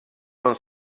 non